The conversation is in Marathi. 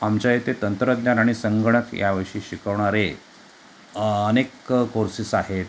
आमच्या इथे तंत्रज्ञान आणि संगणक याविषयी शिकवणारे अनेक कोर्सेस आहेत